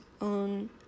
on